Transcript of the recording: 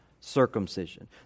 circumcision